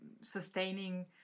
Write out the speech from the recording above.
sustaining